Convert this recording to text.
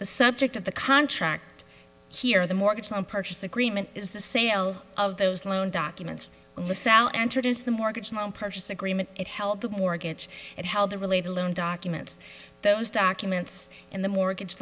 the subject of the contract here the mortgage loan purchase agreement is the sale of those loan documents the south entered into the mortgage loan purchase agreement it held the mortgage it held the related loan documents those documents in the mortgage